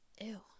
Ew